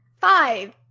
five